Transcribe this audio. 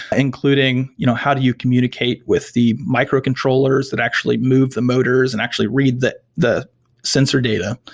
including you know how do you communicate with the microcontrollers that actually move the motors and actually read the the sensor data,